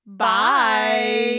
Bye